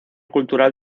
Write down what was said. cultural